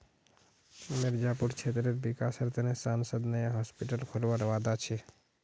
मिर्जापुर क्षेत्रेर विकासेर त न सांसद नया हॉस्पिटल खोलवार वादा छ